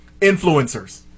influencers